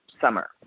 summer